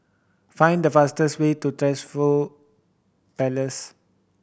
find the fastest way to Trevose Palace